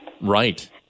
Right